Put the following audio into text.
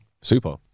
Super